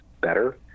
better